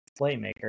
playmaker